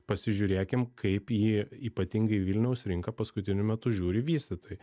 pasižiūrėkim kaip į ypatingai į vilniaus rinką paskutiniu metu žiūri vystytojai